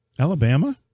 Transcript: Alabama